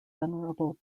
venerable